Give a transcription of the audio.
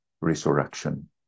resurrection